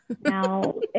now